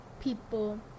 people